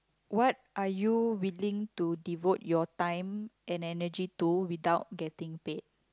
what are you willing to devote your time and energy to without getting paid